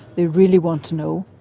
they really want to know.